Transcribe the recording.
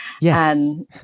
Yes